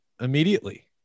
immediately